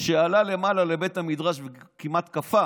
שעלה למעלה לבית המדרש וכמעט קפא